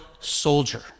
soldier